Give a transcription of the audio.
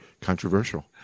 Controversial